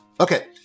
Okay